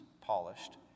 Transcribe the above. polished